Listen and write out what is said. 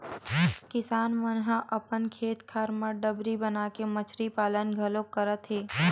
किसान मन ह अपन खेत खार म डबरी बनाके मछरी पालन घलोक करत हे